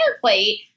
plate